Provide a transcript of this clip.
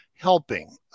helping